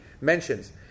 mentions